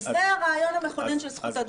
זה הרעיון המכונן של זכויות אדם.